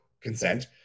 consent